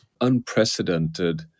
unprecedented